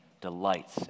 delights